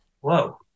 Whoa